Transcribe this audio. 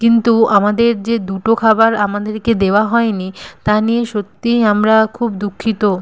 কিন্তু আমাদের যে দুটো খাবার আমাদেরকে দেওয়া হয়নি তা নিয়ে সত্যিই আমরা খুব দুঃখিত